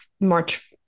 March